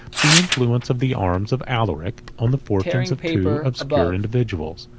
the influence of the arms of alaric on the fortunes of two obscure individuals,